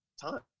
time